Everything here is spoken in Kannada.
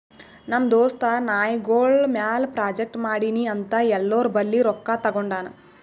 ನಮ್ ದೋಸ್ತ ನಾಯ್ಗೊಳ್ ಮ್ಯಾಲ ಪ್ರಾಜೆಕ್ಟ್ ಮಾಡ್ತೀನಿ ಅಂತ್ ಎಲ್ಲೋರ್ ಬಲ್ಲಿ ರೊಕ್ಕಾ ತಗೊಂಡಾನ್